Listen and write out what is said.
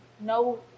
no